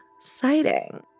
sighting